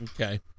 Okay